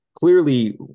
clearly